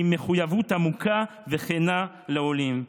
והוא עם מחויבות עמוקה וכנה לעולים,